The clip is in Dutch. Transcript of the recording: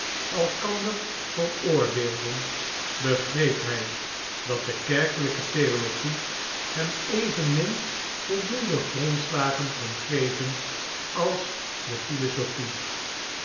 elkander veroordeelden begreep hij dat de kerkelijke theologie hem evenmin voldoende grondslagen kon geven als de